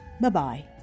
Bye-bye